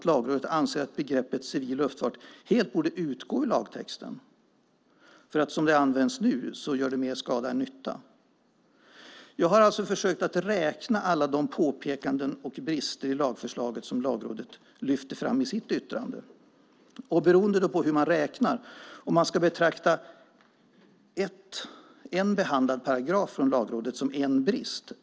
Lagrådet anser att begreppet civil luftfart helt borde utgå ur lagtexten, eftersom det, som det nu används, gör mer skada än nytta. Jag har försökt räkna alla de brister i lagförslaget som Lagrådet lyfter fram i sitt yttrande. Det beror på hur man räknar. Ska man betrakta en behandlad paragraf från Lagrådet som en brist?